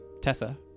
Tessa